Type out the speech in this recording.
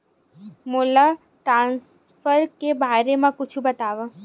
मोला ट्रान्सफर के बारे मा कुछु बतावव?